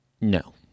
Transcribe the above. No